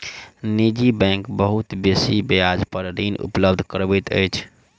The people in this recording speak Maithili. निजी बैंक बहुत बेसी ब्याज पर ऋण उपलब्ध करबैत अछि